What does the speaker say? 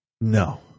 No